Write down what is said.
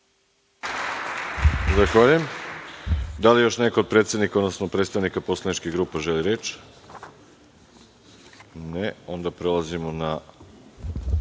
Zahvaljujem. Da li još neko od predsednika, odnosno predstavnika poslaničkih grupa želi reč? Ne. Onda prelazimo na